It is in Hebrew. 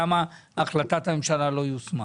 למה החלטת הממשלה לא יושמה.